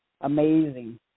Amazing